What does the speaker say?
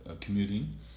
commuting